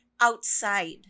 outside